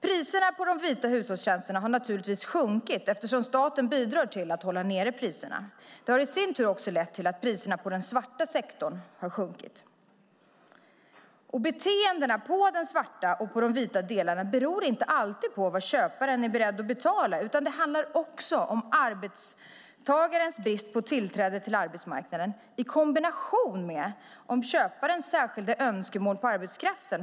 Priserna på de vita hushållstjänsterna har naturligtvis sjunkit eftersom staten bidrar till att hålla priserna nere. Det har i sin tur också lett till att priserna i den svarta sektorn har sjunkit. Beteendena i de svarta och i de vita delarna beror inte alltid på vad köparen är beredd att betala, utan det handlar också om arbetstagarens brist på tillträde till arbetsmarknaden i kombination med köparens särskilda önskemål på arbetskraften.